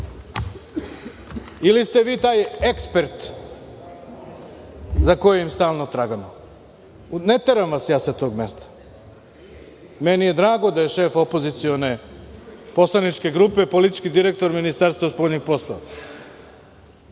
ili ste vi taj ekspert za kojim stalno tragamo. Ne teram vas ja sa tog mesta. Meni je drago da je šef opozicione poslaničke grupe politički direktor Ministarstva spoljnih poslova,